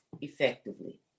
effectively